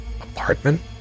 apartment